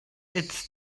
its